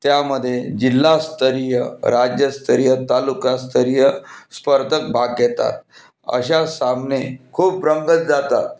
त्यामध्ये जिल्हास्तरीय राज्यस्तरीय तालुकास्तरीय स्पर्धक भाग घेतात अशा सामने खूप रंगत जातात